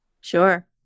Sure